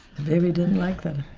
baby doesn't like that.